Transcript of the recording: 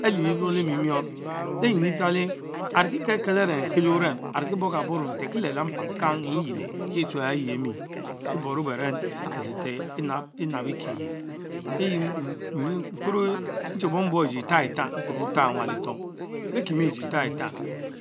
Eli- molemi miorr, lempinu piale, arekie kekel are kiele Orem arekie burka boro, ntel Kie leh lamparnd Kang, Eyriele. heh tsue are yemie, flooro beven ther ther enabe ekiere, Lerie Emile, nahe buong lowong ejie tak tah ewaletor, bekimie Ejie fah tah,